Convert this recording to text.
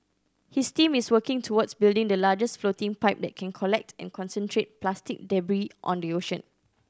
his team is working towards building the largest floating pipe that can collect and concentrate plastic debris on the ocean